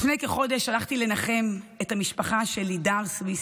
לפני כחודש הלכתי לנחם את המשפחה של לידר סויסה,